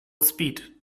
speed